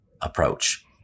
approach